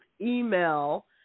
email